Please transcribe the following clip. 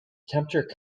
temperature